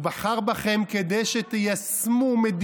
אני יודעת שזה נשמע מוזר.